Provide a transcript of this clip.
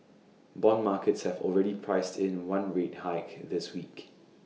Bond markets have already priced in one rate hike in this week